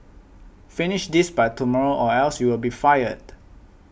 finish this by tomorrow or else you'll be fired